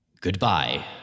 Goodbye